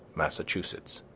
massachusetts,